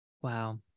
Wow